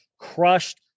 crushed